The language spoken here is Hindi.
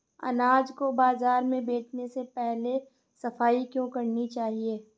अनाज को बाजार में बेचने से पहले सफाई क्यो करानी चाहिए?